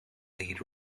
lead